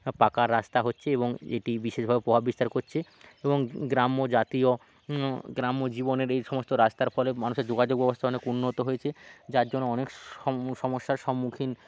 পাকা রাস্তা হচ্ছে এবং এটি বিশেষভাবে প্রভাব বিস্তার করছে এবং গ্রাম্য জাতীয় গ্রাম্য জীবনের এই সমস্ত রাস্তার ফলে মানুষের যোগাযোগ ব্যবস্থা অনেক উন্নত হয়েছে যার জন্য অনেক সমস্যার সম্মুখীন